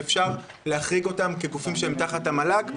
ואפשר להחריג אותם כגופים שהם תחת המל"ג.